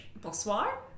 Bonsoir